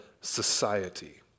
society